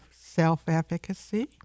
self-efficacy